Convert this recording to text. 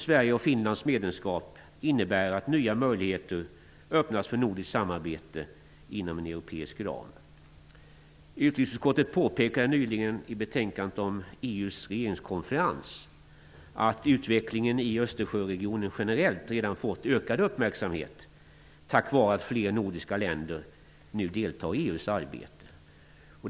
Sveriges och Finlands medlemskap innebär att nya möjligheter öppnas för nordiskt samarbete inom en europeisk ram. Utrikesutskottet påpekade nyligen i betänkandet om EU:s regeringskonferens att utvecklingen i Östersjöregionen generellt redan fått ökad uppmärksamhet tack vare att fler nordiska länder nu deltar i EU:s arbete.